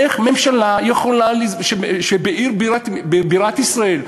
איך ממשלה יכולה שבבירת ישראל,